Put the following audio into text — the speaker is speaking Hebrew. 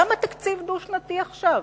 למה תקציב דו-שנתי עכשיו?